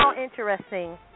interesting